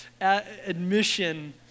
admission